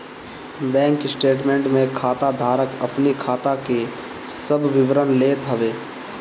bank statement में खाता धारक अपनी खाता के सब विवरण लेत हवे